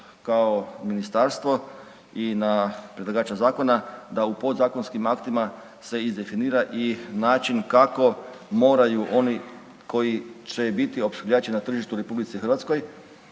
kao ministarstvo i na predlagača zakona da u podzakonskim aktima se izdefinira i način kako moraju oni koji će biti opskrbljivači na tržištu u RH moraju